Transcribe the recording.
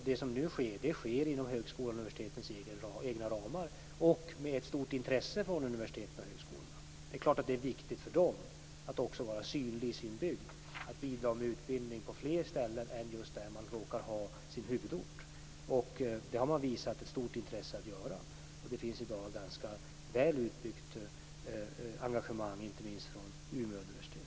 Det som nu sker i övrigt sker inom universitetens och högskolornas egna ramar och med ett stort intresse från universiteten och högskolorna. Det är klart att det är viktigt för dem att vara synliga i sin bygd, att bidra med utbildning på fler ställen än just där man råkar ha sin huvudort. Det har man visat ett stort intresse för att göra. Det finns i dag ett ganska väl utbyggt engagemang, inte minst från Umeå universitet.